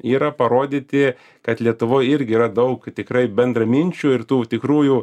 yra parodyti kad lietuvoj irgi yra daug tikrai bendraminčių ir tų tikrųjų